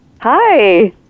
Hi